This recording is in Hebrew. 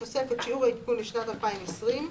בתוספת שיעור העדכון לשנת 2020,